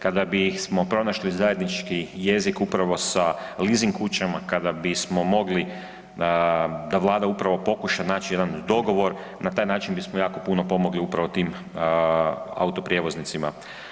Kada bismo pronašli zajednički jezik upravo sa leasing kućama, kada bismo mogli da Vlada upravo pokuša naći jedan dogovor, na taj način bismo jako puno pomogli upravo tim autoprijevoznicima.